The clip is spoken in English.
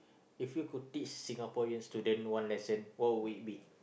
if you could teach Singaporean student one lesson what would it be